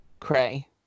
Cray